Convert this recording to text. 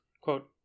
quote